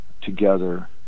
together